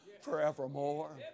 forevermore